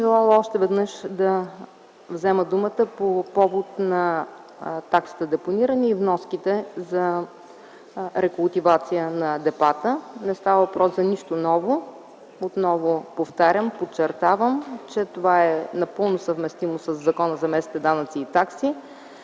желала да взема думата по повод таксата за депониране и вноските за рекултивация на депата. Не става въпрос за нищо ново. Подчертавам, че това е напълно съвместимо със Закона за местните данъци и такси.